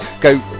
go